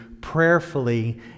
prayerfully